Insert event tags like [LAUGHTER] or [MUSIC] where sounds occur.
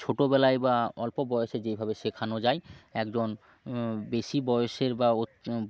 ছোটোবেলায় বা অল্প বয়েসে যেইভাবে শেখানো যায় একজন বেশি বয়সের বা [UNINTELLIGIBLE]